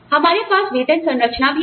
हमारे पास वेतन संरचना भी है